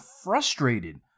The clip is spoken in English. frustrated